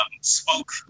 spoke